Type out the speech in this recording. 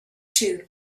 too